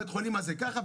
בית החולים הזה ככה,